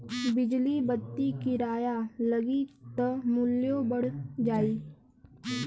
बिजली बत्ति किराया लगी त मुल्यो बढ़ जाई